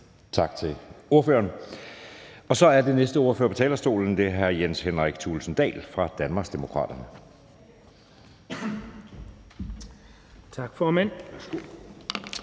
Tak til ordføreren. Så er næste ordfører på talerstolen hr. Jens Henrik Thulesen Dahl fra Danmarksdemokraterne. Kl.